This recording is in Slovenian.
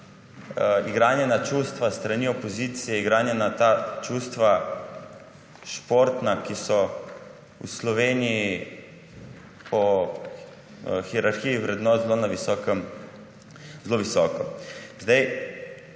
igranje na čustva s strani opozicije, igranje na ta čustva, športna, ki so v Sloveniji po hierarhiji vrednot zelo visoko.